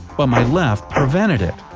but my left prevented it.